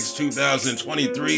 2023